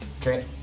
Okay